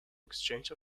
exchange